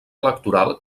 electoral